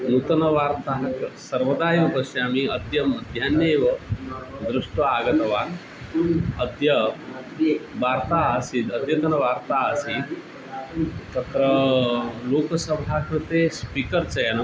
नूतनवार्ताः सर्वदा एव पश्यामि अद्य मध्याह्ने एव दृष्ट्वा आगतवान् अद्य वार्ता आसीत् अद्यतनवार्ता आसीत् तत्र लोकसभा कृते स्पीकर् चयनं